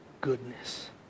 Goodness